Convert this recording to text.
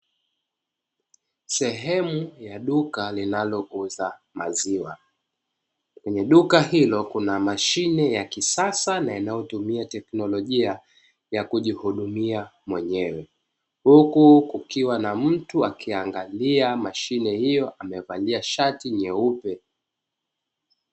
Sehemu ya duka linalouza maziwa kwenye duka hilo kuna mashine ya kisasa na inayotumia teknolojia ya kujihudumia mwenyewe, huku kukiwa na mtu akiangalia mashine hiyo amevalia shati nyeupe.